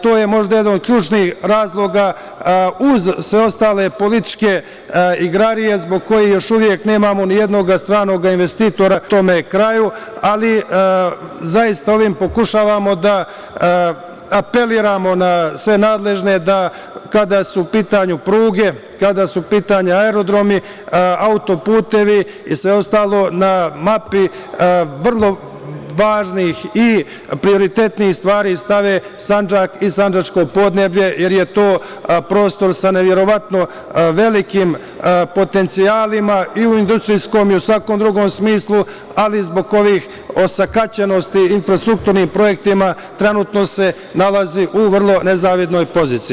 To je možda jedan od ključnih razloga, uz sve ostale političke igrarije, zbog kojih još uvek nemamo ni jednog stranog investitora u tome kraju, ali zaista ovim pokušavamo da apelujemo na sve nadležne, kada su u pitanju pruge, kada su u pitanju aerodromi, autoputevi i sve ostalo na mapi vrlo važnih i prioritetnih stvari, da stave Sandžak i sandžačko podneblje, jer je to prostor za neverovatno velikim potencijalima i u industrijskom i svakom drugom smislu, ali zbog ovih osakaćenosti infrastrukturnim projektima trenutno se nalazi u vrlo nezavidnoj poziciji.